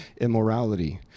immorality